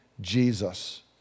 jesus